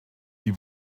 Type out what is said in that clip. die